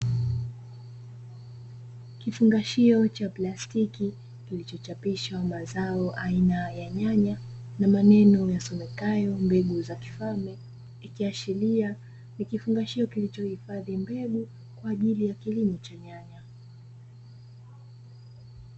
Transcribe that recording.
Kifungashio cha plastiki kilichochapishwa mazao aina ya nyanya na maneno yasomekayo "Mbegu za kifalme", ikiashiria ni kifungashio kilichohifadhi mbegu kwa ajili ya kilimo cha nyanya.